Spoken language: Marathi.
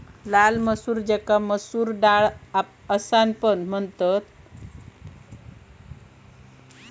लाल मसूर ज्याका मसूर डाळ असापण म्हणतत ती भारतातील एक अत्यंत लोकप्रिय मसूर असा